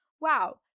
Wow